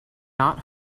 not